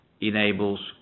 enables